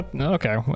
Okay